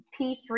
P3